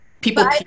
People